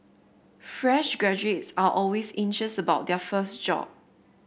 fresh graduates are always anxious about their first job